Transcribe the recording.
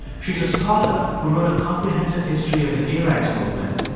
she's a scholar who wrote a comprehensive history of the gay rights movement.